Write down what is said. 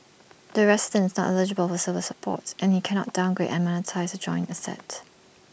the resident is not eligible for silver support and he can not downgrade and monetise the joint asset